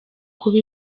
kuba